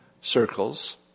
circles